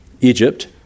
Egypt